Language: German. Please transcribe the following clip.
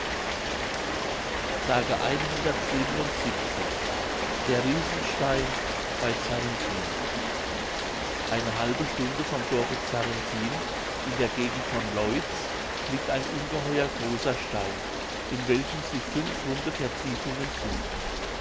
der riesenstein bei zarrentin eine halbe stunde vom dorfe zarrentin in der gegend von loitz liegt ein ungeheuer großer stein in welchem sich fünf runde vertiefungen finden